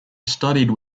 studied